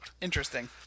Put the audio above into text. interesting